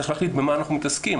צריך להחליט במה אנחנו מתעסקים.